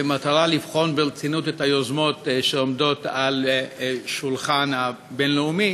במטרה לבחון ברצינות את היוזמות שעומדות על השולחן הבין-לאומי